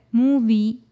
movie